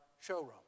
showroom